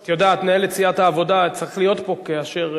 את יודעת, מנהלת סיעת העבודה, צריך להיות פה כאשר,